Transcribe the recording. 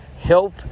help